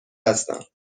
هستم